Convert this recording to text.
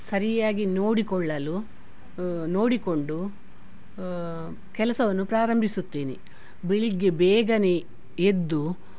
ಸರಿಯಾಗಿ ನೋಡಿಕೊಳ್ಳಲು ನೋಡಿಕೊಂಡು ಕೆಲಸವನ್ನು ಪ್ರಾರಂಭಿಸುತ್ತೇನೆ ಬೆಳಿಗ್ಗೆ ಬೇಗ ಎದ್ದು